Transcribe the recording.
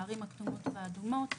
בערים הכתומות והאדומות.